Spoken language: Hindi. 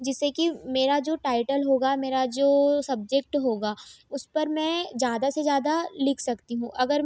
जिससे कि मेरा जो टाइटल होगा मेरा जो सब्जेक्ट होगा उस पर मैं जादा से जादा लिख सकती हूँ अगर